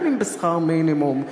גם אם בשכר מינימום,